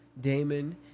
Damon